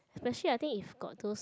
especially I think if got those